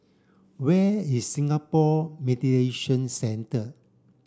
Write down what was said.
where is Singapore Mediation Centre